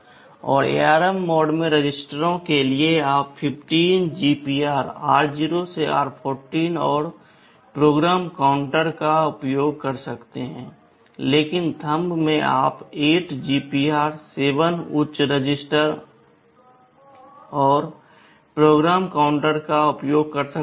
और ARM मोड में रजिस्टरों के लिए आप 15 GPR r0 से r14 और PC का उपयोग कर सकते हैं लेकिन थंब में आप 8 GPR 7 उच्च रजिस्टर और PC का उपयोग कर सकते हैं